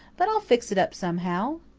but i'll fix it up somehow!